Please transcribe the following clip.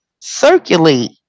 circulate